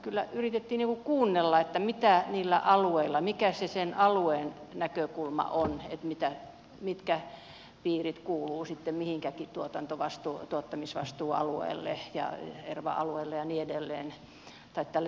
kyllä yritettiin kuunnella mikä niillä alueilla sen alueen näkökulma on mitkä piirit kuuluvat millekin tuottamisvastuualueelle ja erva alueelle ja sote alueelle ja niin edelleen